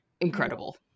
Incredible